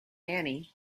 annie